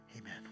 Amen